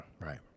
Right